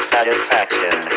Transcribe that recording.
Satisfaction